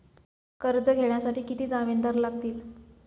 कर्ज घेण्यासाठी किती जामिनदार लागतील?